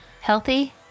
healthy